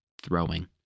throwing